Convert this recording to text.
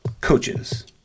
coaches